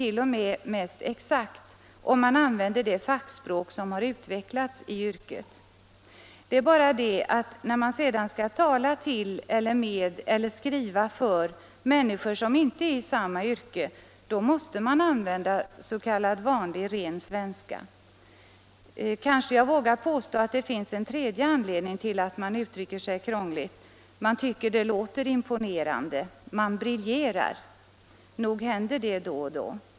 0. m. mest exakt, om man använder det fackspråk som har utvecklats i yrket. Det är bara det, att när man sedan skall tala till eller med eller skriva för människor som inte är i samma yrke, då måste man använda s.k. vanlig, ren svenska. Kanske jag vågar påstå att det finns en tredje anledning till att man uttrycker sig krångligt: man tycker det låter imponerande, man briljerar. Nog händer det då och då.